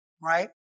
right